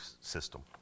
system